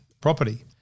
property